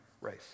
race